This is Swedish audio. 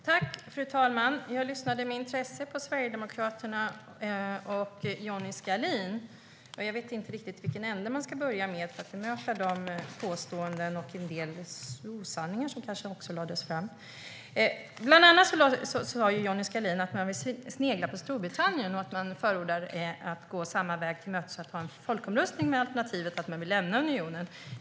Fru talman! Jag lyssnade med intresse på Sverigedemokraterna och Johnny Skalin. Jag vet inte riktigt i vilken ände jag ska börja för att bemöta påståendena och en del osanningar som kanske också lades fram. Bland annat sa Johnny Skalin att man vill snegla på Storbritannien och att man förordar att gå samma väg, att ha en folkomröstning med alternativet att man vill lämna unionen.